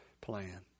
plan